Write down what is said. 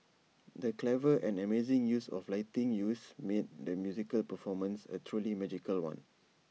the clever and amazing use of lighting use made the musical performance A truly magical one